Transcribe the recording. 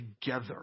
together